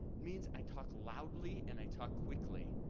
means i talk loudly, and i talk quickly.